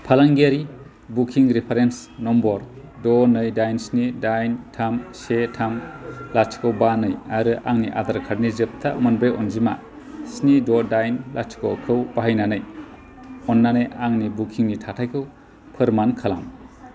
फालांगियारि booking reference number द नै दाइन स्नि दाइन थाम से थाम लाथिख बा नै आरो आंनि आधार कार्डनि जोबथा मोनब्रै अनजिमा स्नि द दाइन लाथिखखौ बाहायनानै अननानै आंनि बुकिं नि थाथायखौ फोरमान खालाम